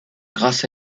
grâce